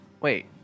Wait